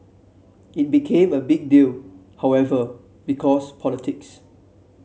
it became a big deal however because politics